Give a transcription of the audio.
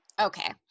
Okay